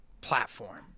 platform